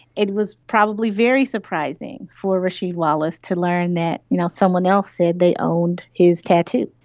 it was probably very surprising for rasheed wallace to learn that you know someone else said they owned his tattoo.